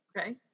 Okay